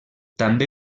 també